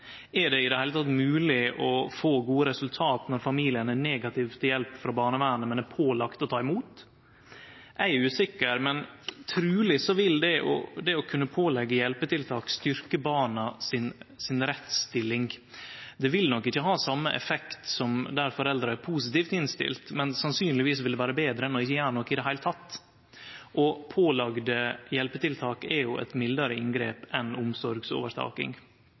Er det i det heile mogleg å få gode resultat når familien er negativ til hjelp frå barnevernet, men er pålagd å ta imot? Eg er usikker, men truleg vil det å kunne påleggje hjelpetiltak styrkje rettsstillinga til barna. Det vil nok ikkje ha same effekt som der foreldra er positivt innstilte, men sannsynlegvis vil det vere betre enn ikkje å gjere noko i det heile. Og pålagde hjelpetiltak er jo eit mildare inngrep enn omsorgsovertaking.